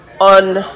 on